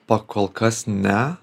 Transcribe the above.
pakol kas ne